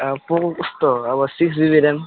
पोको यस्तो अब सिक्स जिबी ऱ्याम